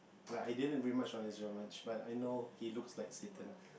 like I didn't read much on much but I know he looks like satan